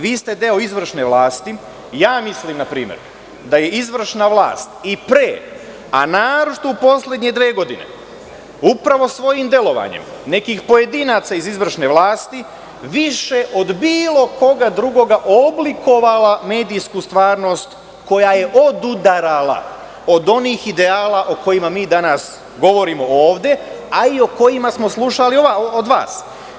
Vi ste deo izvršne vlasti i ja mislim, naprimer, da je izvršna vlast i pre, a naročito u poslednje dve godine, upravo svojim delovanjem nekih pojedinaca iz izvršne vlasti više od bilo koga drugoga oblikovala medijsku stvarnost koja je odudarala od onih ideala o kojima mi danas govorimo ovde, a i o kojima smo slušali od vas.